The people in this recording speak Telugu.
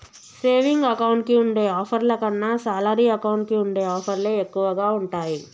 సేవింగ్ అకౌంట్ కి ఉండే ఆఫర్ల కన్నా శాలరీ అకౌంట్ కి ఉండే ఆఫర్లే ఎక్కువగా ఉంటాయి